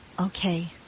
okay